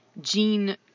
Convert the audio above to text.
gene